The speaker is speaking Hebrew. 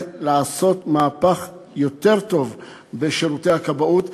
לעשות מהפך יותר טוב בשירותי הכבאות.